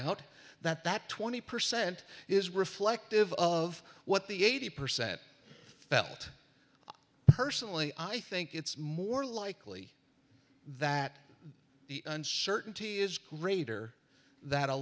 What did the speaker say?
turnout that that twenty percent is reflective of what the eighty percent felt personally i think it's more likely that the uncertainty is greater that a